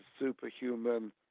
superhuman